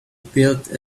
built